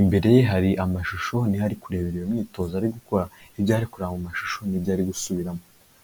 imbere ye hari amashusho niho ari kurebereba iyo imyitozo ari gukora ibyo ari kurebera mu mashusho nibyo ari gusubiramo.